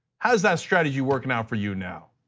how is that strategy working out for you now?